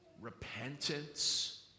repentance